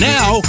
Now